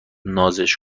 نازش